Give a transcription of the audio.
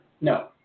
No